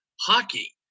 hockey